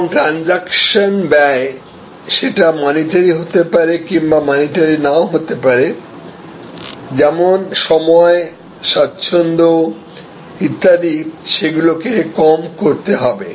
এবং ট্রানজেকশন ব্যয় সেটা মানিটারি হতে পারে কিংবা মানিটারি নাও হতে পারে যেমন সময় স্বাচ্ছন্দ্য ইত্যাদি সেগুলিকে কম করতে হবে